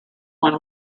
when